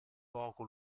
poco